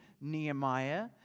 Nehemiah